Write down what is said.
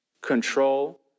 control